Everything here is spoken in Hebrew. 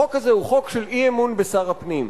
החוק הזה הוא חוק של אי-אמון בשר הפנים.